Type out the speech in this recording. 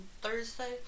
Thursday